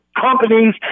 companies